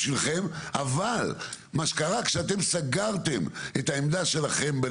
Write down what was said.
אנחנו לא מצליחים לאייש --- כמה עובדים בפועל מועסקים היום בנתב"ג?